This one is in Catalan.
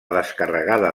descarregada